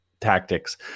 tactics